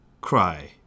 cry